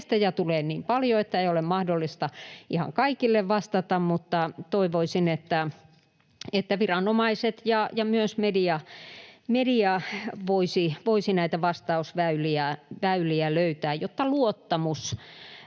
tulee niin paljon, että ei ole mahdollista ihan kaikille vastata, mutta toivoisin, että viranomaiset ja myös media voisivat näitä vastausväyliä löytää, jotta luottamus